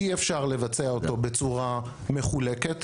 אי אפשר לבצע אותו בצורה מחולקת.